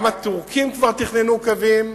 גם הטורקים כבר תכננו קווים,